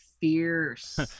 fierce